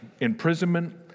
imprisonment